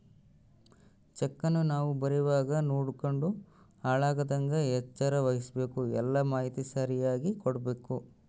ಚೆಕ್ಕನ್ನ ನಾವು ಬರೀವಾಗ ನೋಡ್ಯಂಡು ಹಾಳಾಗದಂಗ ಎಚ್ಚರ ವಹಿಸ್ಭಕು, ಎಲ್ಲಾ ಮಾಹಿತಿ ಸರಿಯಾಗಿ ಕೊಡ್ಬಕು